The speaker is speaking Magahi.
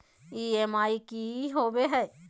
ई.एम.आई की होवे है?